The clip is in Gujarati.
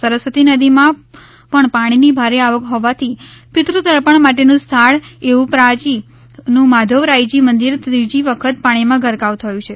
સરસ્વતી નદી માં પણ પાણી ની ભારે આવક હોવાથી પિતૃ તર્પણ માટે નું સ્થળ એવું પ્રાચિ નું માધવરાયજિ મંદિર ત્રીજી વખત પાણી માં ગરકાવ થયું છે